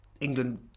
England